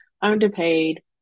underpaid